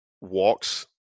walks